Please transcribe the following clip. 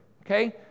Okay